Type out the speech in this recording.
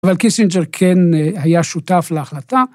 אבל קיסינג'ר כן היה שותף להחלטה